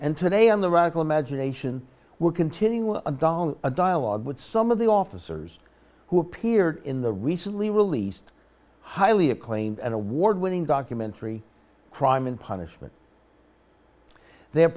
and today on the radical imagination will continue a doll a dialogue with some of the officers who appeared in the recently released highly acclaimed and award winning documentary crime and punishment they